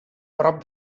prop